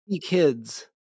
kids